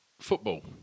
Football